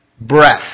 breath